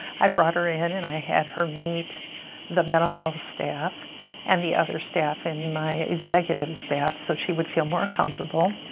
i brought her in and i had her meet the mental health staff and the other staff in my executive staff so she would feel more comfortable.